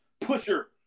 pusher